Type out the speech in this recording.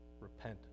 Repent